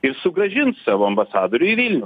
ir sugrąžins savo ambasadorių į vilnių